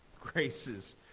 graces